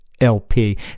LP